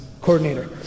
coordinator